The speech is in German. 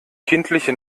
kindliche